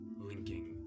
linking